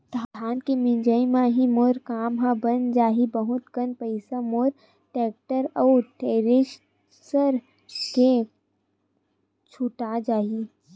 धान के मिंजई म ही मोर काम ह बन जाही बहुत कन पईसा मोर टेक्टर अउ थेरेसर के छुटा जाही